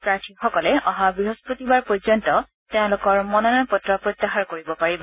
প্ৰাথীসকলে অহা বৃহস্পতিবাৰ পৰ্যন্ত তেওঁলোকৰ মনোনয়ন পত্ৰ প্ৰত্যাহাৰ কৰিব পাৰিব